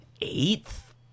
eighth